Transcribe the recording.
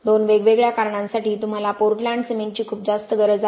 दोन वेगवेगळ्या कारणांसाठी तुम्हाला पोर्टलँड सिमेंटची खूप जास्त गरज आहे